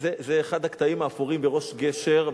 זה אחד הקטעים האפורים בראש גשר,